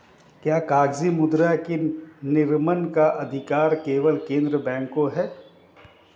क्या कागजी मुद्रा के निर्गमन का अधिकार केवल केंद्रीय बैंक को है?